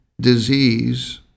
disease